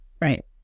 Right